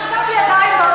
אתה שם ידיים בבוץ?